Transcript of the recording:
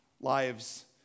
lives